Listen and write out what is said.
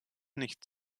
nicht